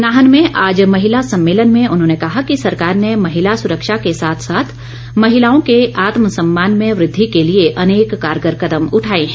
नाहन में आज महिला सम्मेलन में उन्होंने कहा कि सरकार ने महिला सुरक्षा के साथ साथ महिलाओं के आत्म सम्मान में वृद्धि के लिए अनेक कारगर कदम उठाए हैं